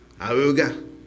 auga